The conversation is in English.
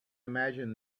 imagine